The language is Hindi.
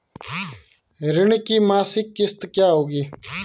ऋण की मासिक किश्त क्या होगी?